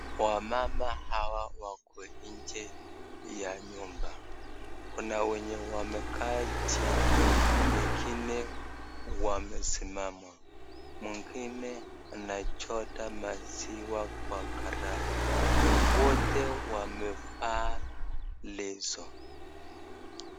Wamama hawa wako nje ya nyumba .kuna wenye wamekaa chini ,wengine wamesimama ,mwingine anachota maziwa kwa karai wote wamevaa leso.